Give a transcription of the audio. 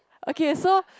okay so